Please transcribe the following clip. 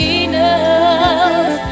enough